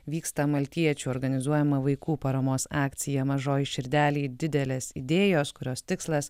vyksta maltiečių organizuojama vaikų paramos akcija mažoj širdelėj didelės idėjos kurios tikslas